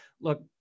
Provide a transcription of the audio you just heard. look